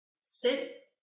sit